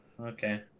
Okay